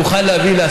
מומחים מכל הכיוונים,